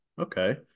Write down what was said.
okay